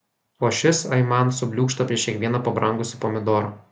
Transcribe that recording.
o šis aiman subliūkšta prieš kiekvieną pabrangusį pomidorą